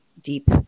deep